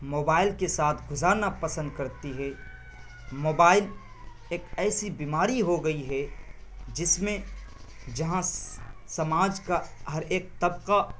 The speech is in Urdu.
موبائل کے ساتھ گزارنا پسند کرتی ہے موبائل ایک ایسی بیماری ہو گئی ہے جس میں جہاں سماج کا ہر ایک طبقہ